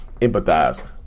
empathize